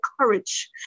courage